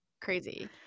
Crazy